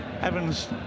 Evans